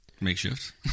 makeshift